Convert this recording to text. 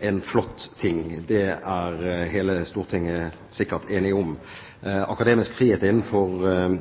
en flott ting; det er hele Stortinget sikkert enig om. Akademisk frihet innenfor